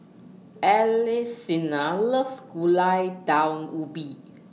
loves Gulai Daun Ubi